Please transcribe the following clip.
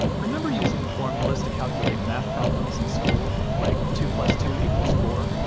remember using formulas to calculate math problems in school, like two plus two equals four,